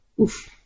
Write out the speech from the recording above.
Oof